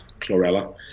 chlorella